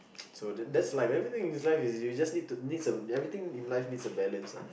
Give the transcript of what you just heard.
so that's life everything in life is just you need to need some everything in life needs a balance lah